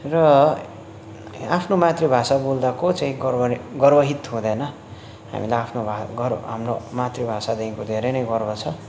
र आफ्नो मातृभाषा बोल्दा को चाहिँ गर्व अरे गर्वित हुँदैन हामीलाई आफ्नो भाष गर हाम्रो मातृभाषादेखिको धेरै नै गर्व छ